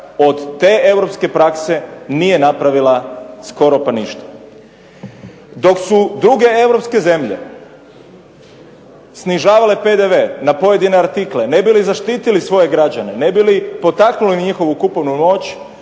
od te europske prakse nije napravila skoro pa ništa. Dok su druge europske zemlje snižavale PDV na pojedine artikle ne bi li zaštitili svoje građane, ne bi li potaknuli njihovu kupovnu moć